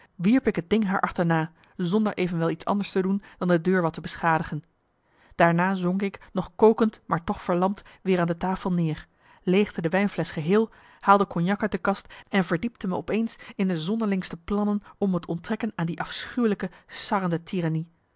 wierp ik het ding haar achterna zonder evenwel iets anders te doen dan de deur wat te beschadigen daarna zonk ik nog kokend maar toch verlamd marcellus emants een nagelaten bekentenis weer aan de tafel neer leegde de wijnflesch geheel haalde cognac uit de kast en verdiepte me op eens in de zonderlingste plannen om me te onttrekken aan die afschuwelijke